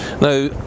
Now